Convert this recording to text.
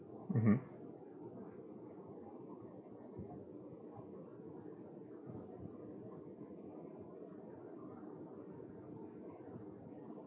mmhmm